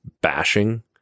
bashing